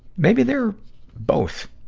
maybe they're both.